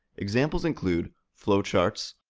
examples include flowcharts,